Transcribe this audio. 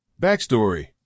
Backstory